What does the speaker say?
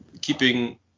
keeping